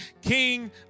King